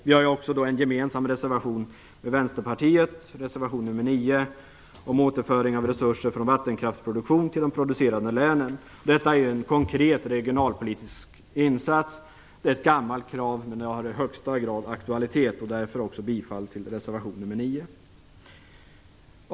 Vi har också en gemensam reservation med Vänsterpartiet, reservation 9, om återföring av resurser från vattenkraftsproduktion till de producerande länen. Detta är en konkret regionalpolitisk insats. Det är ett gammalt krav, men det har i högsta grad aktualitet. Därför yrkar jag också bifall till reservation nr 9. Fru talman!